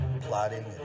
plotting